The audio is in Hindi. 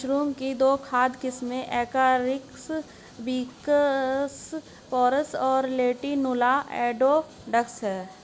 मशरूम की दो खाद्य किस्में एगारिकस बिस्पोरस और लेंटिनुला एडोडस है